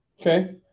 okay